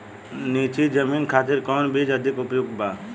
नीची जमीन खातिर कौन बीज अधिक उपयुक्त बा?